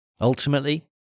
Ultimately